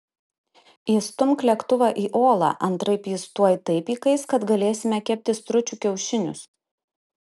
įstumk lėktuvą į olą antraip jis tuoj taip įkais kad galėsime kepti stručių kiaušinius